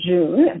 June